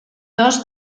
dos